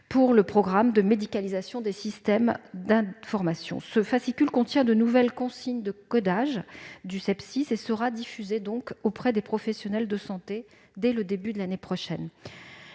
pour le programme de médicalisation des systèmes d'information. Ce document comporte de nouvelles consignes de codage du sepsis et sera diffusé auprès des professionnels de santé dès le début de l'année prochaine.